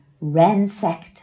ransacked